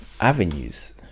avenues